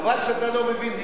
חבל שאתה לא מבין.